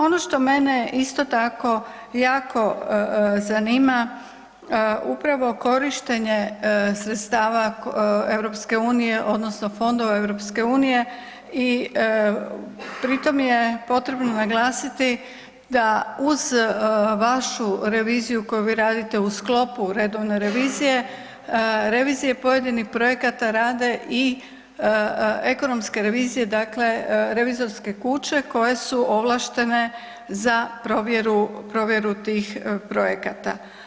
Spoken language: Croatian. Ono što mene isto tako jako zanima upravo korištenje sredstava EU odnosno Fondova EU i pri tom je potrebno naglasiti da uz vašu reviziju koju vi radite u sklopu redovne revizije, revizije pojedini projekata rade i ekonomske revizije, dakle revizorske kuće koje su ovlaštene za provjeru, provjeru tih objekata.